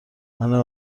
منم